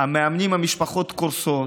המאמנים והמשפחות קורסים,